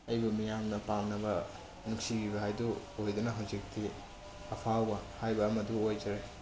ꯑꯩꯕꯨ ꯃꯤꯌꯥꯝꯅ ꯄꯥꯝꯅꯕ ꯅꯨꯡꯁꯤꯕꯤꯕ ꯍꯥꯏꯕꯗꯨ ꯑꯣꯏꯗꯨꯅ ꯍꯧꯖꯤꯛꯇꯤ ꯑꯐꯥꯎꯕ ꯍꯥꯏꯕ ꯑꯃꯗꯤ ꯑꯣꯏꯖꯔꯦ